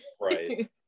right